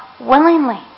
willingly